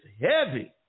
heavy